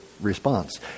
response